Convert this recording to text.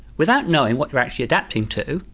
without knowing what you're actually adapting to,